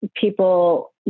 people